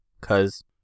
cause